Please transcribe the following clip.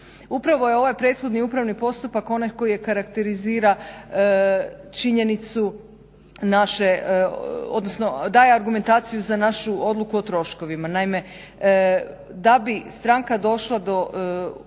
Upravo je ovaj prethodni postupak onaj kojeg karakterizira činjenicu naše odnosno daje argumentaciju za našu odluku o troškovima. Naime da bi stranka došla do upravnog